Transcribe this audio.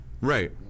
Right